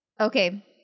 Okay